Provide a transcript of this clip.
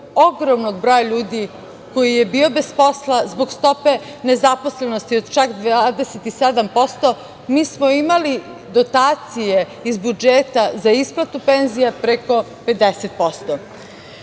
ogromnog broja ljudi koji je bio bez posla zbog stope nezaposlenosti od čak 27%, mi smo imali dotacije iz budžeta za isplatu penzija preko 50%.Kada